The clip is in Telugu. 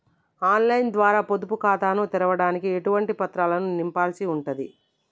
ఆన్ లైన్ ద్వారా పొదుపు ఖాతాను తెరవడానికి ఎటువంటి పత్రాలను నింపాల్సి ఉంటది?